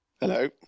Hello